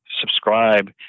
subscribe